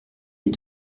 est